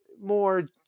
more